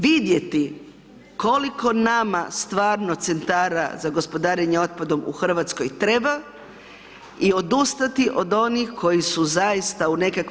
Vidjeti koliko nama stvarno centara za gospodarenje otpadom u Hrvatskoj treba i odustati od onih koji su zaista u nekakvoj.